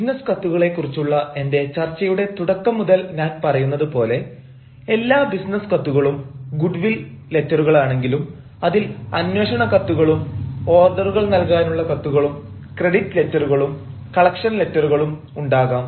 business കത്തുകളെ കുറിച്ചുള്ള എന്റെ ചർച്ചയുടെ തുടക്കം മുതൽ ഞാൻ പറയുന്നതു പോലെ എല്ലാ ബിസിനസ് കത്തുകളും ഗുഡ് വിൽ ലെറ്ററുകളാണെങ്കിലും അതിൽ അന്വേഷണ കത്തുകളും ഓർഡറുകൾ നൽകാനുള്ള കത്തുകളും ക്രെഡിറ്റ് ലെറ്ററുകളും കളക്ഷൻ ലെറ്ററുകളും ഉണ്ടാകാം